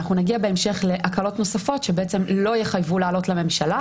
אנחנו נגיע בהמשך להקלות נוספות שלא יחייבו לעלות לממשלה.